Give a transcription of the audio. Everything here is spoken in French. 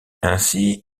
ainsi